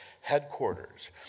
headquarters